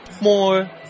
more